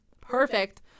Perfect